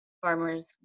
farmers